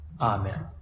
Amen